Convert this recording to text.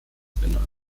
benannt